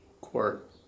quart